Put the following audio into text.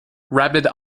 rabid